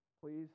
Please